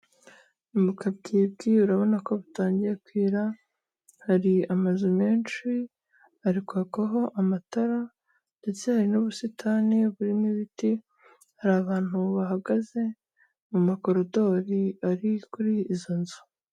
Ni mukabwibwi, urabona ko butangiye kwira, hari amazu menshi, ari kwakaho amatara, ndetse hari n'ubusitani burimo ibiti, hari abantu bahagaze, mu makorodori ari kuri izo nzu.